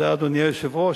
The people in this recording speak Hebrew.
אדוני היושב-ראש,